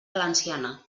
valenciana